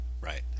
Right